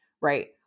right